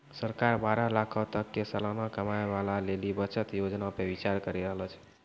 सरकार बारह लाखो तक के सलाना कमाबै बाला लेली बचत योजना पे विचार करि रहलो छै